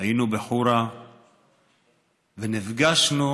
ובחורה ונפגשנו